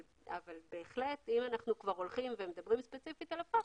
אבל בהחלט אם אנחנו כבר הולכים ומדברים ספציפית על החוק,